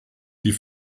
die